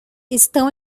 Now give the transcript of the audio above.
estão